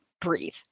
breathe